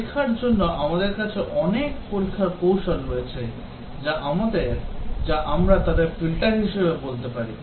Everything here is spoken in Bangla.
পরীক্ষার জন্য আমাদের কাছে অনেক পরীক্ষার কৌশল রয়েছে যা আমরা তাদের ফিল্টার হিসাবে বলতে পারি